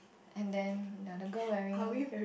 and then ya the girl wearing